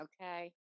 okay